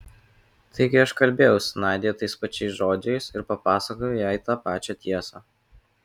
taigi aš kalbėjau su nadia tais pačiais žodžiais ir papasakojau jai tą pačią tiesą